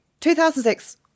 2006